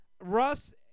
Russ